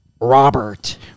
Robert